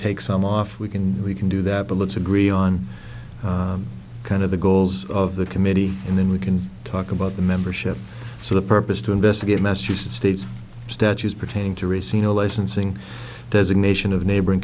take some off we can we can do that but let's agree on kind of the goals of the committee and then we can talk about the membership so the purpose to investigate massachusetts state's statues pertaining to reseal licensing designation of neighboring